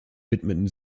widmeten